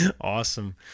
Awesome